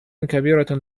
كبيرة